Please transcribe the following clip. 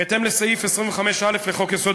בהתאם לסעיף 25(א) לחוק-יסוד: